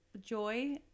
joy